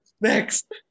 Next